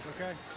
okay